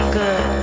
good